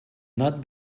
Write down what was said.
not